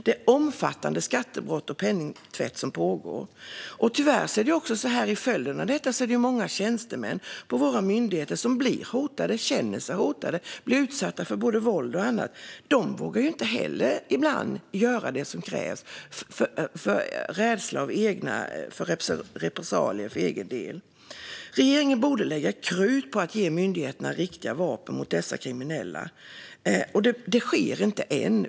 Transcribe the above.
Det är omfattande skattebrott och penningtvätt som pågår. Tyvärr är följden av detta också att många tjänstemän på våra myndigheter blir hotade, känner sig hotade och blir utsatta för både våld och annat. De vågar inte heller, ibland, göra det som krävs av rädsla för repressalier för egen del. Regeringen borde lägga krut på att ge myndigheterna riktiga vapen mot dessa kriminella, men det sker inte än.